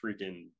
freaking